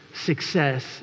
success